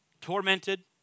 Tormented